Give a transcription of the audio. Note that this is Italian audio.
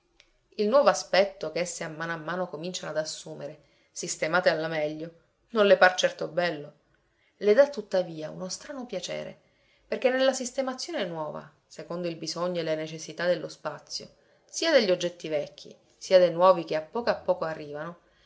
il nuovo aspetto ch'esse a mano a mano cominciano ad assumere sistemate alla meglio non le par certo bello le dà tuttavia uno strano piacere perché nella sistemazione nuova secondo il bisogno e le necessità dello spazio sia degli oggetti vecchi sia dei nuovi che a poco a poco arrivano